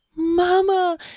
Mama